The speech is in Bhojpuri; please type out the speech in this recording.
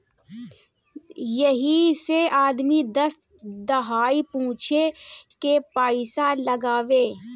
यही से आदमी दस दहाई पूछे के पइसा लगावे